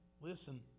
listen